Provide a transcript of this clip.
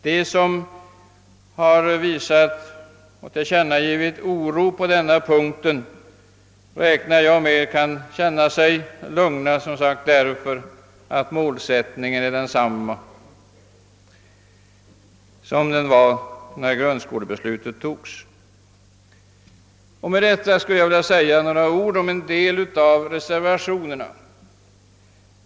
De som har tillkännagivit oro på denna punkt räknar jag med skall kunna känna sig lugna, eftersom målsättningen är densamma som när grundskolebeslutet fattades. Jag skulle sedan vilja säga några ord om en del av reservationerna.